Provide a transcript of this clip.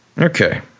Okay